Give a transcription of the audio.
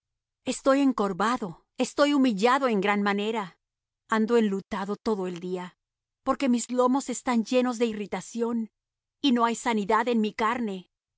estoy encorvado estoy humillado en gran manera ando enlutado todo el día porque mis lomos están llenos de irritación y no hay sanidad en mi carne